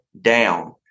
down